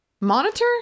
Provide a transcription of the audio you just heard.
Monitor